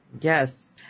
Yes